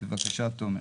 בבקשה תומר.